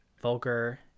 vulgar